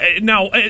Now